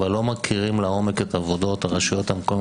אבל לא מכירים לעומק את עבודות הרשויות המקומיות.